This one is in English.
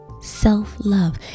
Self-love